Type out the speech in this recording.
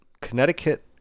Connecticut